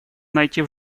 найти